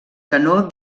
canó